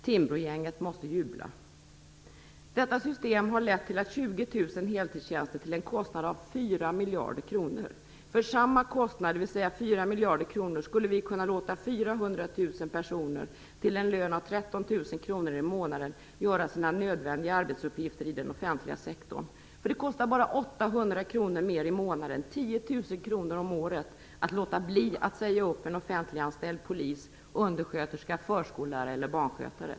Timbrogänget måste jubla. Detta system har lett till 20 000 heltidstjänster till en kostnad av 4 miljarder kronor. För samma kostnad, dvs. 4 miljarder kronor, skulle vi kunna låta 400 000 personer till en lön av 13 000 kr i månaden göra sina nödvändiga arbetsuppgifter i den offentliga sektorn. Det kostar nämligen bara 800 kr mer i månaden, 10 000 kr om året, att låta bli att säga upp en offentliganställd polis, undersköterska, förskollärare eller barnskötare.